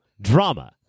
drama